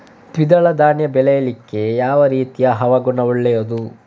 ದ್ವಿದಳ ಧಾನ್ಯ ಬೆಳೀಲಿಕ್ಕೆ ಯಾವ ರೀತಿಯ ಹವಾಗುಣ ಒಳ್ಳೆದು?